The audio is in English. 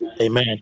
Amen